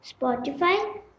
Spotify